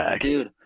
Dude